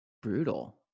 brutal